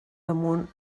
damunt